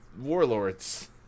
warlords